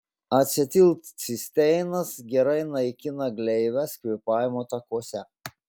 acetilcisteinas gerai naikina gleives kvėpavimo takuose